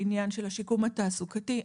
בעניין של השיקום התעסוקתי.